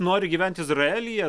nori gyventi izraelyje